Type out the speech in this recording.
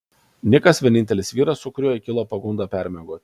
nikas vienintelis vyras su kuriuo jai kilo pagunda permiegoti